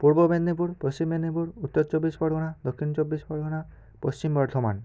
পূর্ব মেদিনীপুর পশ্চিম মেদিনীপুর উত্তর চব্বিশ পরগনা দক্ষিণ চব্বিশ পরগনা পশ্চিম বর্ধমান